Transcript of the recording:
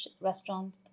restaurant